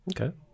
Okay